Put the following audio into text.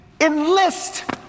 enlist